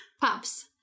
Pops